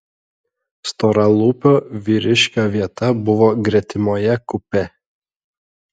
storalūpio vyriškio vieta buvo gretimoje kupė